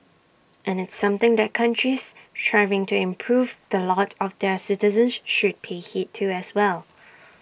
and it's something that countries striving to improve the lot of their citizens should pay heed to as well